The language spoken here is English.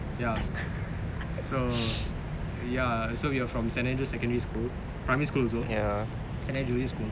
ya so ya so we are have from saint andrew's secondary school primary school also and junior school